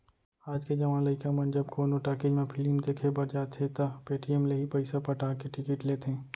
आज के जवान लइका मन जब कोनो टाकिज म फिलिम देखे बर जाथें त पेटीएम ले ही पइसा पटा के टिकिट लेथें